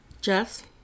jess